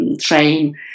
train